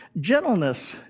Gentleness